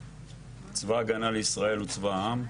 צבא ההגנה לישראל הוא צבא העם.